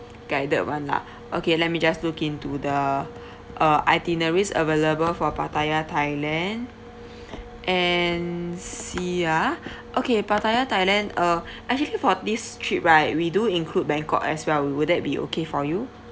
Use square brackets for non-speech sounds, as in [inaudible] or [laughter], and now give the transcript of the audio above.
guided [one] lah [breath] okay let me just look into the [breath] uh itineraries available for pattaya thailand [breath] and see ah [breath] okay pattaya thailand uh [breath] actually for this trip right we do include bangkok as well would that be okay for you